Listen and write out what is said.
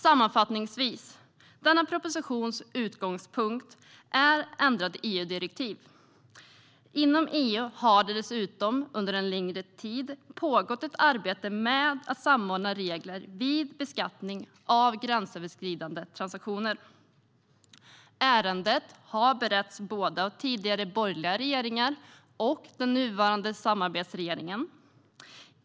Sammanfattningsvis är denna propositions utgångspunkt ändrade EU-direktiv. Inom EU har det dessutom under en längre tid pågått ett arbete med att samordna regler vid beskattning av gränsöverskridande transaktioner. Ärendet har beretts av både den tidigare borgerliga regeringen och den nuvarande samarbetsregeringen.